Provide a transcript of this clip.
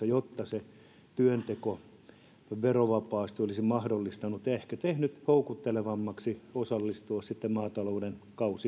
jotta se työnteko verovapaasti olisi mahdollistunut ja ehkä tehnyt houkuttelevammaksi osallistua sitten maatalouden